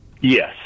Yes